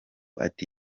ati